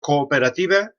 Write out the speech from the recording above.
cooperativa